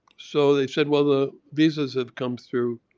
so they said, well the visas have come through,